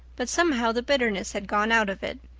but somehow the bitterness had gone out of it.